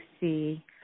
see